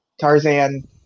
Tarzan